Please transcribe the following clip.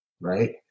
right